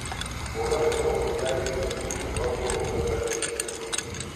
pora savo naujagimiui sūnui vardo kol kas dar neišrinko